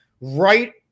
right